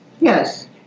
Yes